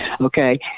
Okay